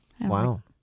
Wow